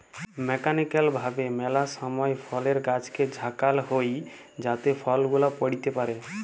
mechanical ভাবে ম্যালা সময় ফলের গাছকে ঝাঁকাল হই যাতে ফল গুলা পইড়তে পারে